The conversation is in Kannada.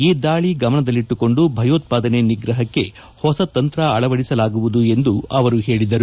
ಈ ದಾಳಿ ಗಮನದಲ್ಲಿಟ್ಟುಕೊಂಡು ಭಯೋತ್ಪಾದನೆ ನಿಗ್ರಹಕ್ಕೆ ಹೊಸ ತಂತ್ರ ಅಳವಡಿಸಲಾಗುವುದು ಎಂದು ಅವರು ಹೇಳಿದ್ದಾರೆ